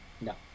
No